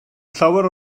llawer